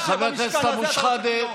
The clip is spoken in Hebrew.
מבחינתי אתה לא צריך להיות פה.